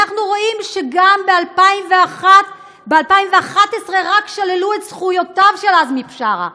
אנחנו רואים גם שרק ב-2011 שללו את זכויותיו של עזמי בשארה,